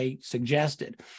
suggested